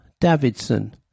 Davidson